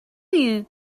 you